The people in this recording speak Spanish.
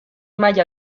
malla